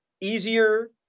easier